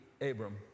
Abram